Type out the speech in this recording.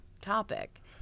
topic